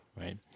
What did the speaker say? Right